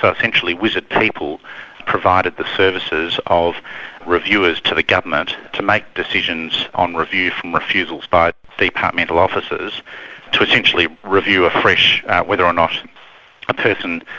so essentially wizard people provided the services of reviewers to the government to make decisions on review from refusals by departmental officers to essentially review afresh whether or not a person,